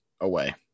away